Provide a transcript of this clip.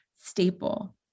staple